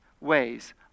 ways